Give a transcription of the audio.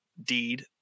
deed